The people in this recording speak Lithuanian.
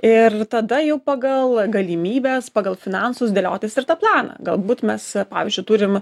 ir tada jau pagal galimybes pagal finansus dėliotis ir tą planą galbūt mes pavyzdžiui turim